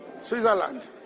Switzerland